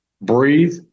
Breathe